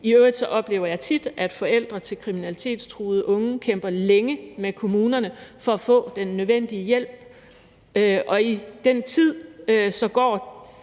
I øvrigt oplever jeg tit, at forældre til kriminalitetstruede unge kæmper længe med kommunerne for at få den nødvendige hjælp, og i den tid, der